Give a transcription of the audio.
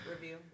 Review